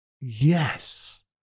yes